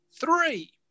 three